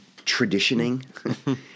traditioning